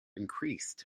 increased